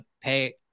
pay